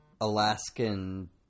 Alaskan